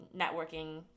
networking